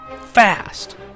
Fast